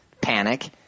panic